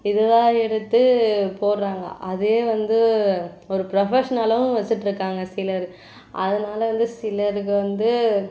இதுவாக எடுத்து போடுறாங்க அதையே வந்து ஒரு ப்ரொஃபஷ்னலாகவும் வச்சிடுருக்காங்க சிலர் அதனால வந்து சிலருக்கு வந்து